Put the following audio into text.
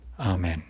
Amen